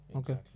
okay